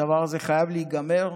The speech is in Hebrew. והדבר הזה חייב להיגמר,